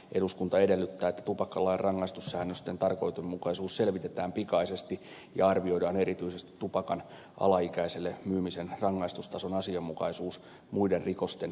eduskunta edellyttää että tupakkalain rangaistussäännösten tarkoituksenmukaisuus selvitetään pikaisesti ja arvioidaan erityisesti tupakan alaikäiselle myymisen rangaistustason asianmukaisuus muiden rikosten vaatimustasoon verrattuna